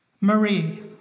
Marie